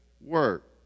work